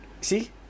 see